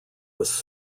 was